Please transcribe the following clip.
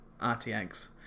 RTX